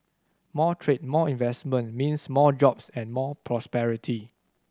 more trade more investment means more jobs and more prosperity